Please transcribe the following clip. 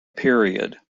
period